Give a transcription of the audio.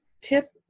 tip